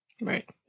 Right